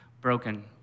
broken